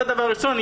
זה דבר ראשון.